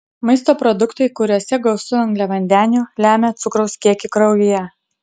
maisto produktai kuriuose gausu angliavandenių lemia cukraus kiekį kraujyje